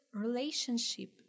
relationship